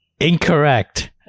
incorrect